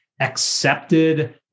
accepted